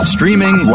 Streaming